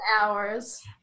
hours